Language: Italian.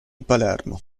palermo